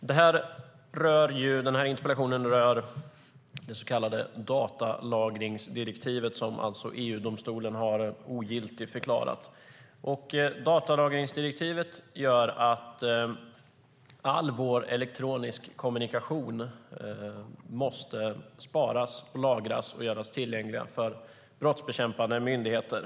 Fru talman! Interpellationen rör det så kallade datalagringsdirektivet, som EU-domstolen alltså har ogiltigförklarat. Datalagringsdirektivet gör att all vår elektroniska kommunikation måste lagras och göras tillgänglig för brottsbekämpande myndigheter.